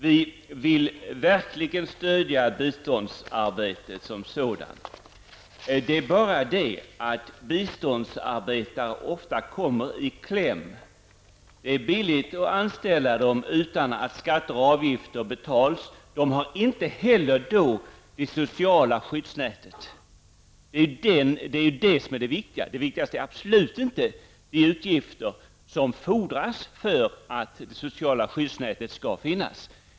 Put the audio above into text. Vi vill verkligen stödja biståndsarbetet som sådant. Det är bara det att biståndsarbetare ofta kommer i kläm. Det är billigt att anställa dem utan att skatter och avgifter betalas. De får då inte heller det sociala skyddsnätet. Det är detta som är det viktiga. Det viktigaste är inte de utgifter som fordras för att det sociala skyddsnätet skall finnas.